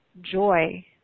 joy